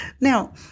Now